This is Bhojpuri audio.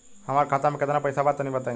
हमरा खाता मे केतना पईसा बा तनि बताईं?